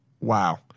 Wow